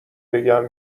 بگم